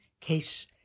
Case